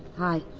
hi.